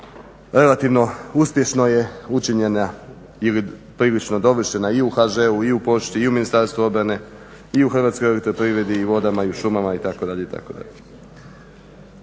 relativno uspješno je učinjena ili prilično dovršena i u HŽ-u i u Pošti i u Ministarstvu obrane i u HEP-u i u vodama i u šumama itd.